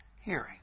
Hearing